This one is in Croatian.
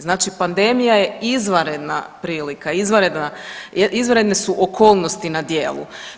Znači pandemija je izvanredna prilika, izvanredne su okolnosti na djelu.